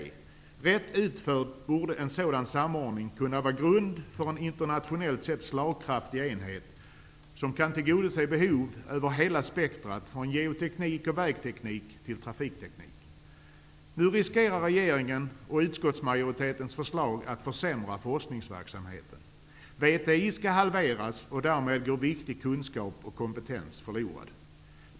Rätt utförd borde en sådan samordning kunna utgöra grunden för en internationellt sett slagkraftig enhet som kan tillgodose behov över hela spektrumet, från geoteknik och vägteknik till trafikteknik. Nu finns risken, med regeringens och utskottsmajoritetens förslag, att forskningsverksamheten allvarligt försämras. VTI skall halveras, och därmed går viktig kunskap och kompetens förlorad.